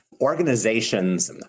organizations